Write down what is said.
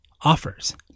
offers